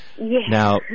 Now